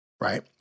right